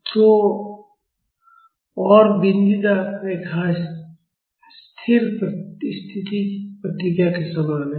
तो और बिंदीदार रेखा स्थिर स्थिति प्रतिक्रिया के समान है